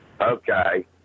Okay